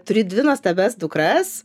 turi dvi nuostabias dukras